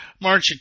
March